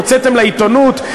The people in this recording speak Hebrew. הוצאתם לעיתונות,